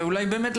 ובאמת,